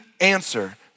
answer